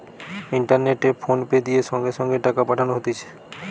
ইন্টারনেটে ফোনপে দিয়ে সঙ্গে সঙ্গে টাকা পাঠানো হতিছে